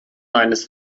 eines